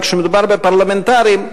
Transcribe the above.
וכשמדובר בפרלמנטרים,